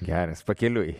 geras pakeliui